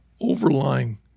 overlying